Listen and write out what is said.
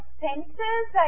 senses